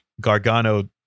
Gargano